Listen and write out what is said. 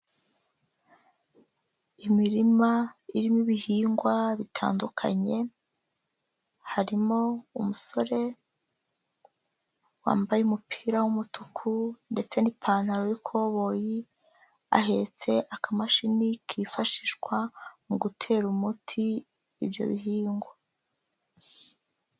Imirima irimo ibihingwa bitandukanye harimo umusore wambaye umupira w'umutuku ndetse n'ipantaro y'ikoboyi ahetse akamashini kifashishwa mu gutera umuti ibyo bihingwa.